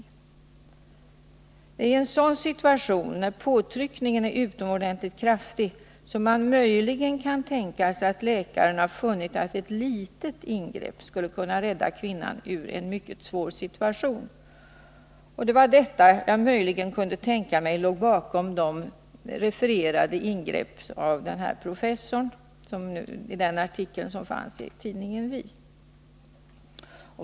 I det fall som refererats kan jag tänka mig att om detta har skett och om påtryckningen varit utomordentligt kraftig, så kan läkaren ha funnit att ett liter ingrepp skulle kunna rädda kvinnan ur en mycket svår situation. Det var detta jag möjligen kunde tänka mig låg bakom de ingrepp som refererats i artikeln i tidningen Vi.